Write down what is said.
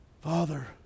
Father